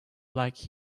like